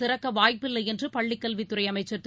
திறக்கவாய்ப்பில்லைஎன்றுபள்ளிக் கல்வித்துறைஅமைச்சர் கேஏ